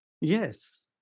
Yes